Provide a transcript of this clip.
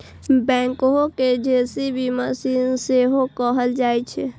backhoe कें JCB machine सेहो कहल जाइ छै